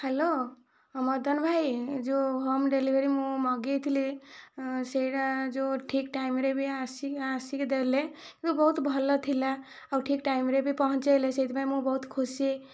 hello Madan ଭାଇ ଏଇ ଯେଉଁ ହୋମ ଡେଲିଭରି ମୁଁ ମଗାଇଥିଲି ସେଇଟା ଯେଉଁ ଠିକ୍ ଟାଇମରେ ବି ଆସିକି ଆସିକି ଦେଲେ ବି ବହୁତ ଭଲ ଥିଲା ଆଉ ଠିକ ଟାଇମରେ ବି ପହୁଞ୍ଚାଇଲେ ସେଇଥିପାଇଁ ମୁଁ ବହୁତ ଖୁସି